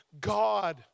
God